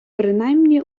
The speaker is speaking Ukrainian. принаймні